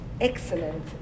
Excellent